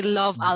love